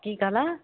की कहलऽ